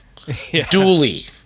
Dually